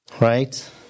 Right